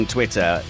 Twitter